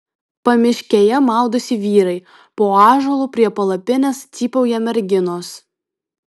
pamiškėje maudosi vyrai po ąžuolu prie palapinės cypauja merginos